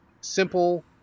simple